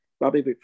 Bobby